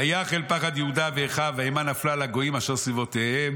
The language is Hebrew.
ויחל פחד יהודה ואחיו והאימה נפלה על הגויים אשר מסביבותיהם.